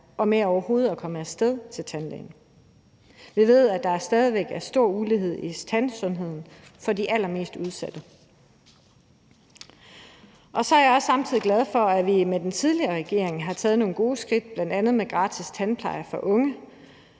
og med overhovedet at komme af sted til tandlægen. Vi ved, at der stadig væk er stor ulighed i tandsundheden for de allermest udsatte, så jeg er glad for, at vi med den tidligere regering har taget nogle gode skridt bl.a. med gratis tandpleje for unge